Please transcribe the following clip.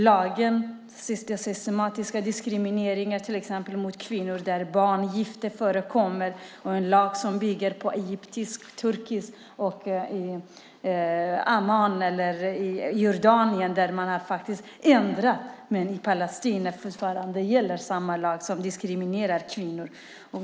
Det finns till exempel systematisk diskriminering mot kvinnor där barngifte förekommer och en lag bygger på en egyptisk-turkisk rätt. I Amman i Jordanien har man ändrat, men i Palestina gäller fortfarande samma lag som diskriminerar kvinnor.